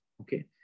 okay